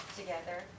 together